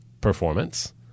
performance